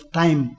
time